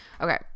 Okay